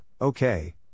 okay